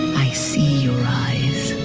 i see your eyes.